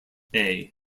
bay